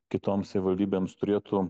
kitoms savivaldybėms turėtų